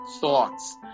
thoughts